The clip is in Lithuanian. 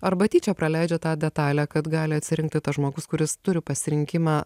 arba tyčia praleidžia tą detalę kad gali atsirinkti tas žmogus kuris turi pasirinkimą